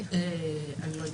את זה אני לא יודעת.